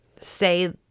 say